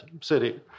city